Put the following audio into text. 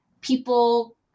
people